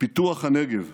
פיתוח הנגב,